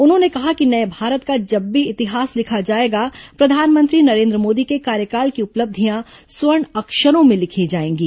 उन्होंने कहा कि नये भारत का जब भी इतिहास लिखा जाएगा प्रधानमंत्री नरेन्द्र मोदी के कार्यकाल की उपलब्धियां स्वर्ण अक्षरों में लिखी जाएंगी